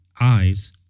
eyes